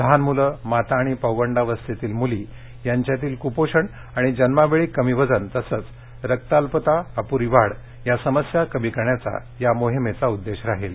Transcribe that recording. लहान मुलं माता आणि पौगंडावस्थेतील मुली यांच्यातील कुपोषण आणि जन्मावेळी कमी वजन तसंच रक्ताल्पता अप्री वाढ या समस्या कमी करण्याचा या मोहिमेचा उद्देश राहील